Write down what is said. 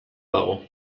dago